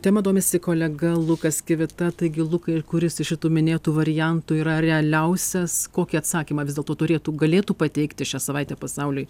tema domisi kolega lukas kivita taigi lukai kuris iš šitų minėtų variantų yra realiausias kokį atsakymą vis dėlto turėtų galėtų pateikti šią savaitę pasauliui